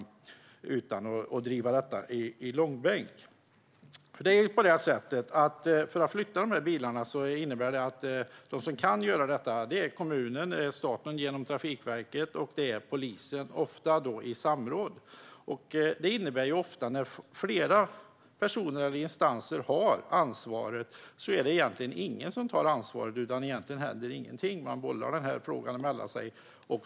Detta får inte dras i långbänk. De som kan flytta de här bilarna är kommunen, staten genom Trafikverket samt polisen, ofta i samråd. När flera personer eller instanser delar på ansvaret innebär det ofta att ingen egentligen tar ansvaret. Det händer ingenting, utan man bollar den här frågan mellan sig.